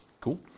Cool